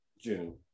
June